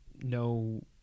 no